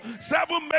seven